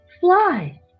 fly